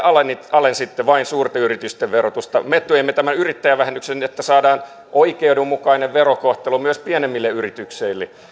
alensitte vain suurten yritysten verotusta me teemme tämän yrittäjävähennyksen että saadaan oikeudenmukainen verokohtelu myös pienemmille yrityksille